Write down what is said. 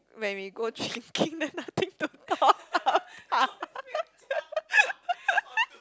when we go d~ drinking then nothing to talk about